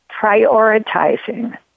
prioritizing